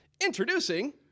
Introducing